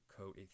coat